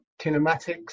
kinematics